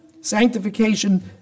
sanctification